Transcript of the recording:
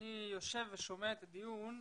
אני יושב ושומע את הדיון.